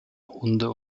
hunde